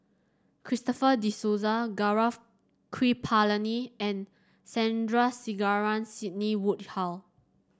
Christopher De Souza Gaurav Kripalani and Sandrasegaran Sidney Woodhull